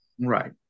Right